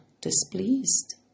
displeased